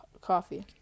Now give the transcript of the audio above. coffee